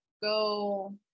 go